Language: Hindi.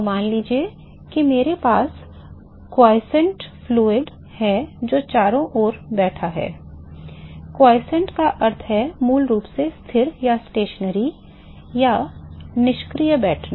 तो मान लीजिए मेरे पास मौन द्रव है जो चारों ओर बैठा है मौन का अर्थ है मूल रूप से स्थिर या निष्क्रिय बैठना